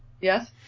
yes